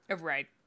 Right